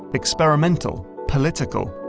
experimental, political,